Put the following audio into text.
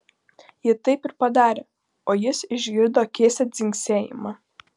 ji taip ir padarė o jis išgirdo keistą dzingsėjimą